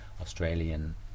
Australian